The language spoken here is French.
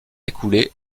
écoulé